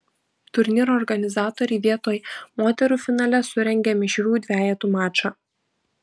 turnyro organizatoriai vietoj moterų finale surengė mišrių dvejetų mačą